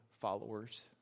followers